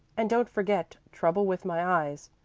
and don't forget trouble with my eyes.